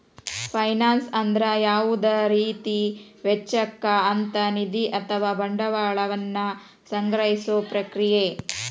finance ಅಂದ್ರ ಯಾವುದ ರೇತಿ ವೆಚ್ಚಕ್ಕ ಅಂತ್ ನಿಧಿ ಅಥವಾ ಬಂಡವಾಳ ವನ್ನ ಸಂಗ್ರಹಿಸೊ ಪ್ರಕ್ರಿಯೆ